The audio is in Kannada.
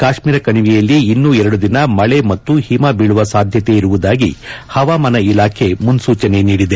ಕಾಶ್ಮೀರ ಕಣಿವೆಯಲ್ಲಿ ಇನ್ನೂ ಎರಡು ದಿನ ಮಳೆ ಮತ್ತು ಹಿಮ ಬೀಳುವ ಸಾಧ್ಯತೆ ಇರುವುದಾಗಿ ಹವಾಮಾನ ಇಲಾಖೆ ಮುನ್ಪೂಚನೆ ನೀಡಿದೆ